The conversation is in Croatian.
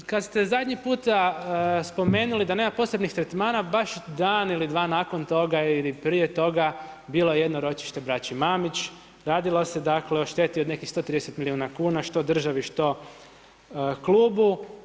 Kad ste zadnji puta spomenuli da nema posebnih tretmana, baš dan ili dva nakon toga ili proje toga bilo je jedno ročište braći Mamić, radilo se o šteti od nekih 130 milijuna kuna što državi što klubu.